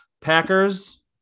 Packers